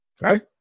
Right